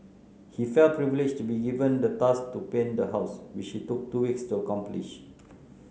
he felt privileged to be given the task to paint the house which he took two weeks to accomplish